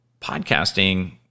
Podcasting